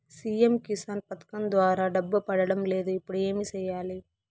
CM Kisan పథకం ద్వారా డబ్బు పడడం లేదు ఇప్పుడు ఏమి సేయాలి